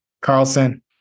Carlson